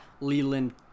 leland